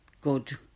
good